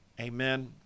Amen